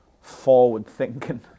forward-thinking